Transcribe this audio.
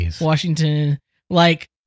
Washington—like